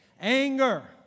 anger